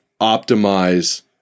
optimize